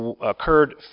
occurred